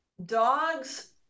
Dogs